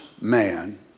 man